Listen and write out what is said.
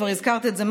כבר הזכרת את זה,